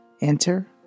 Enter